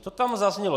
To tam zaznělo.